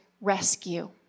rescue